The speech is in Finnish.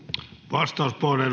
arvoisa puhemies